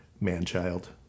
man-child